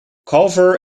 culver